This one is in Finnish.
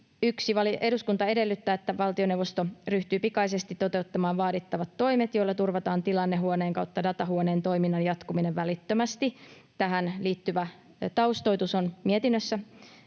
1) Eduskunta edellyttää, että valtioneuvosto ryhtyy pikaisesti toteuttamaan vaadittavat toimet, joilla turvataan tilannehuoneen/datahuoneen toiminnan jatkuminen välittömästi. Tähän liittyvä taustoitus on mietinnössä.